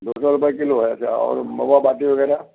दो सौ रुपये किलो है और मावा बाटी वग़ैरह